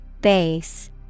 Base